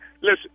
listen